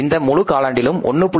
இந்த முழு காலாண்டிலும் 1